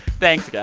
thanks,